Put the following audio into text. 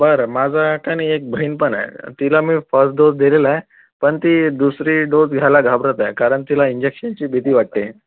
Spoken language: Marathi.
बरं माझं काय नाही एक बहीण पण आहे तिला मी फर्स्ट डोझ दिलेला आहे पण ती दुसरी डोझ घ्यायला घाबरत आहे कारण तिला इंजेकशनची भीती वाटते